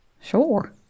sure